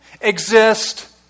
exist